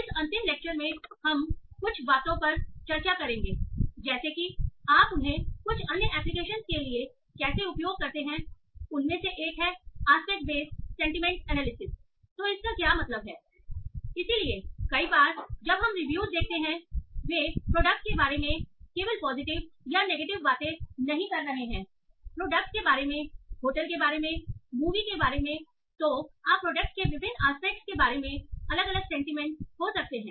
इसलिए कई बार जब हम रिव्यूज देखते हैं वे प्रोडक्ट के बारे में केवल पॉजिटिव या नेगेटिव बातें नहीं कह रहे हैं प्रोडक्ट के बारे में होटल के बारे में मूवी के बारे में तो आपके प्रोडक्ट के विभिन्न एस्पेक्ट के बारे में अलग सेंटीमेंट हो सकते हैं